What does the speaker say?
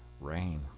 rain